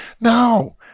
no